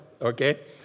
okay